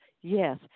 yes